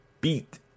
beat